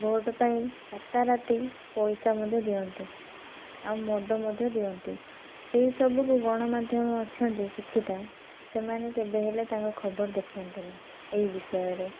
vote ପାଇଁ ରାତା ରାତି ପଇସା ମଧ୍ୟ ଦିଅନ୍ତି ଆଉ ମଦ ମଧ୍ୟ ଦିଅନ୍ତି ସେହି ସବୁକୁ ଗଣମାଧ୍ୟମ ଅଛନ୍ତି କିଛିଟା ସେମାନେ କେବେ ହେଲେ ତାଙ୍କ ଖବର ଦେଖାନ୍ତିନି ଏହି ବିଷୟରେ